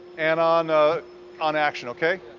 and on ah on action, okay?